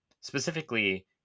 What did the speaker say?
specifically